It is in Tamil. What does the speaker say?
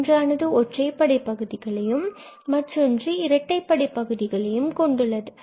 ஒன்றானது ஒற்றைப்படை பகுதிகளையும் மற்றொன்று இரட்டைப்படை பகுதிகளையும் கொண்டுள்ளது